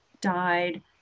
died